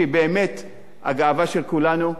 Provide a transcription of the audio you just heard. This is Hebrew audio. שהיא באמת הגאווה של כולנו,